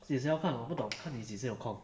几时要看我不懂看你几时有空